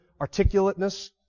articulateness